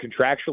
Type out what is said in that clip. contractually